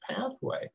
pathway